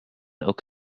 oak